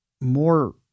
more